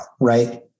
right